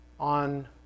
on